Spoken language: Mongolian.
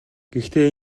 гэхдээ